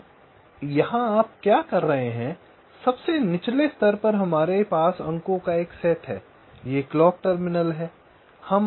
अब यहां आप क्या कर रहे हैं सबसे निचले स्तर पर हमारे पास अंकों का एक सेट है ये क्लॉक टर्मिनल हैं